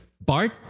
BART